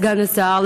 סגן השר,